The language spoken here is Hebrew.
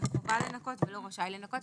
חובה לנכות ולא רשאי לנכות.